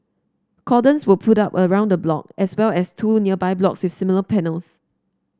cordons were put up around the block as well as two nearby blocks with similar panels